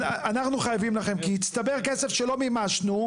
אנחנו חייבים לכם, כי הצטבר כסף שלא מימשנו.